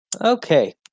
Okay